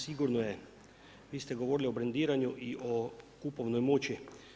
Sigurno je, vi ste govorili o brendiranju i o kupovnoj moći.